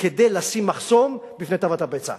כדי לשים מחסום בפני תאוות הבצע.